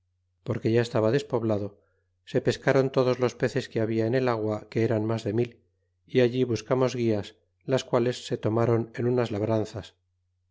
porque ya estaba despoblado se pescron todos los peces que habla en el agua que eran mas de mil y allí buscamos guias las cuales se tomaron en unas labran